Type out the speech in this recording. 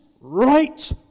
right